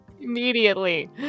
Immediately